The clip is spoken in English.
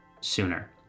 sooner